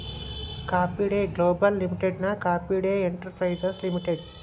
coffee Day Global ಲಿಮಿಟೆಡ್ನ Coffee Day Enterprises limited